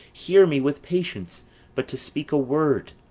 hear me with patience but to speak a word.